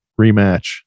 rematch